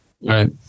Right